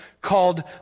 called